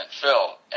Phil